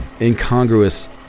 incongruous